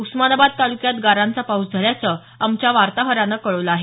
उस्मानाबाद तालुक्यात गारांचा पाऊस झाल्याचं आमच्या वार्ताहरानं कळवलं आहे